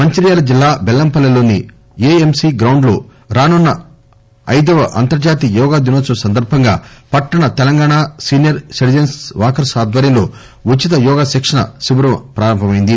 మంచిర్యాల జిల్లా బెల్లంపల్లి లోని AMC ground లో రానున్న ఐదవ అంతర్హాతీయ యోగా దినోత్సవం సందర్బంగా పట్టణ తెలంగాణ సీనియర్ సిటిజన్స్ వాకర్స్ ఆధ్వర్యంలో ఉచిత యోగా శిక్షణ శిబిరం ప్రారంభమైంది